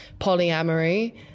polyamory